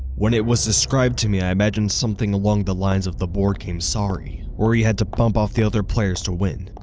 when it was described to me i imagined something along the lines of the board game sorry! where you had to bump off the other players to win.